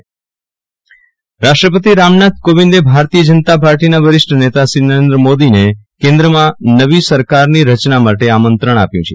વિરલ રાણા રાષ્ટ્રપતિ નવી સરકાર આમંત્રણ રાષ્ટ્રપતિ રામનાથ કોવિંદે ભારતીય જનતા પાર્ટીના વરિષ્ઠ નેતા નરેન્દ્ર મોદીને કેન્દ્રમાં નવી સરકારની રચના માટે આમંત્રણ આપ્યુ છે